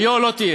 היה לא תהיה.